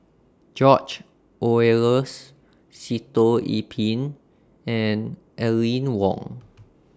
George Oehlers Sitoh Yih Pin and Aline Wong